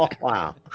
Wow